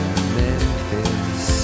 Memphis